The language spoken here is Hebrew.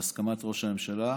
בהסכמת ראש הממשלה,